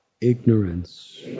ignorance